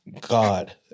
God